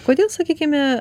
kodėl sakykime